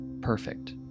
perfect